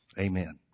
Amen